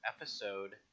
episode